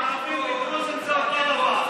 ערבים ודרוזים זה אותו דבר.